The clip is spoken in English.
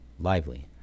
lively